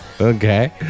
Okay